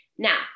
Now